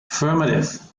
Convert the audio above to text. affirmative